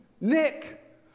Nick